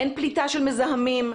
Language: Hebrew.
אין פליטה של מזהמים?